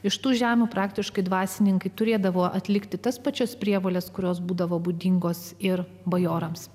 iš tų žemių praktiškai dvasininkai turėdavo atlikti tas pačias prievoles kurios būdavo būdingos ir bajorams